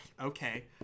Okay